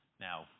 Now